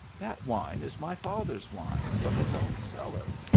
that wine is my father's wine, from his own cellar.